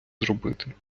зробити